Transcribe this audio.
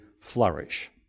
flourish